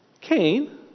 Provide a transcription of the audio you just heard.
Cain